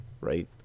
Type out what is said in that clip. right